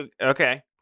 Okay